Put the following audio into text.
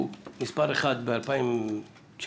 הוא מספר 1 ב-2019